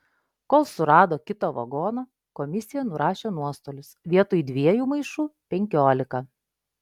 kol surado kitą vagoną komisija nurašė nuostolius vietoj dviejų maišų penkiolika